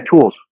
tools